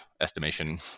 Estimation